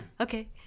okay